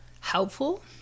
helpful